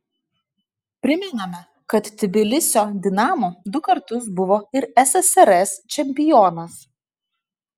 primename kad tbilisio dinamo du kartus buvo ir ssrs čempionas